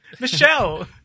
Michelle